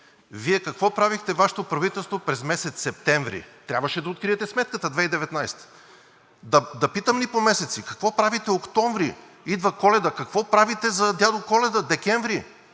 Вие какво правихте, Вашето правителство, през месец септември? Трябваше да откриете сметката 2019-а. Да питам ли по месеци? Какво правите октомври? Идва Коледа. Какво правите за Дядо Коледа декември?